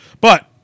But-